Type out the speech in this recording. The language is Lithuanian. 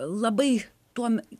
labai tuom